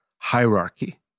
hierarchy